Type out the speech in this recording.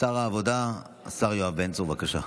שר העבודה, השר יואב בן צור, בבקשה.